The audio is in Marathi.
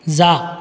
जा